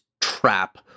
trap